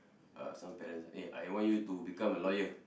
uh some parents eh I want you to become a lawyer